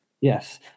Yes